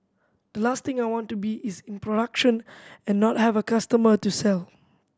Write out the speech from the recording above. the last thing I want to be is in production and not have a customer to sell